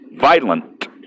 Violent